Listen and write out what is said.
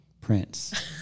Prince